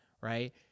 right